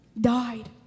died